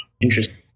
Interesting